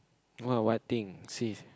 what what thing sis